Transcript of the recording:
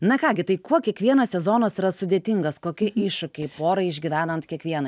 na ką gi tai kuo kiekvienas sezonas yra sudėtingas kokie iššūkiai porai išgyvenant kiekvieną